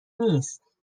نیست